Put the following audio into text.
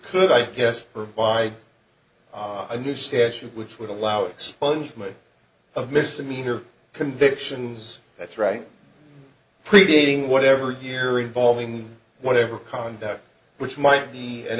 could i guess provide a new statute which would allow expungement of misdemeanor convictions that's right predating whatever you're involving whatever conduct which might be an